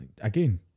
again